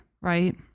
right